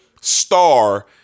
star